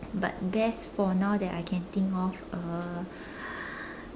but best for now that I can think of uh